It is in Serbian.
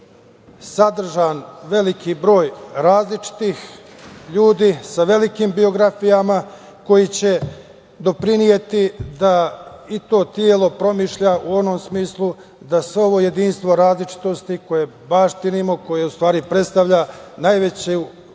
sadržan veliki broj različitih ljudi sa velikim biografijama koji će doprineti da i to telo promišlja u onom smislu da svo ovo jedinstvo različitosti koje baštinimo, koje u stvari predstavlja najveću